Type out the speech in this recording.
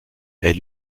est